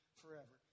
forever